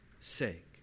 sake